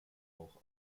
auch